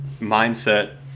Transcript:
mindset